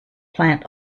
plant